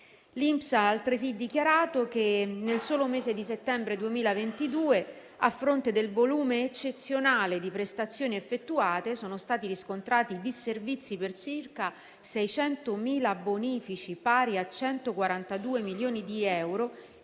L'INPS ha altresì dichiarato che, nel solo mese di settembre 2022, a fronte del volume eccezionale di prestazioni effettuate, sono stati riscontrati disservizi per circa 600.000 bonifici, pari a 142 milioni di euro,